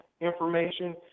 information